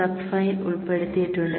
sub file ഉൾപ്പെടുത്തിയിട്ടുണ്ട്